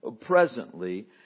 presently